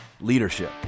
leadership